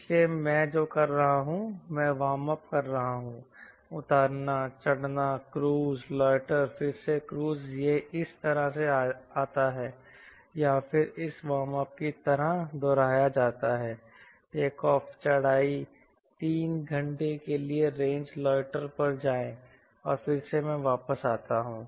इसलिए मैं जो कर रहा हूं मैं वार्म अप कर रहा हूं उतारना चढ़ना क्रूज़ लोइटर फिर से क्रूज़ यह इस तरह से आता है या फिर इस वॉर्मअप की तरह दोहराया जाता है टेक ऑफ चढ़ाई 3 घंटे के लिए रेंज लोइटर पर जाएं और फिर से मैं वापस आता हूं